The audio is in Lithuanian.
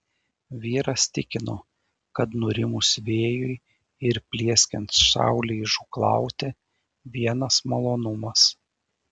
vyras tikino kad nurimus vėjui ir plieskiant saulei žūklauti vienas malonumas